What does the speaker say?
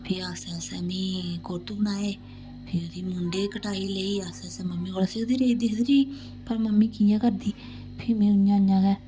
फ्ही आस्त आस्ता मी कुर्तू बनाए फ्ही ओह्दी मुंडे दी कटाई लेई आस्ता आस्ता मम्मी कोला सिखदी रेही दिखदी रेही पर मम्मी कि'यां करदी फ्ही में इ'यां इ'यां गै